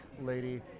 lady